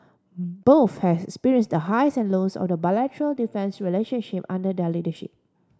both have experienced the highs and lows of the bilateral defence relationship under their leadership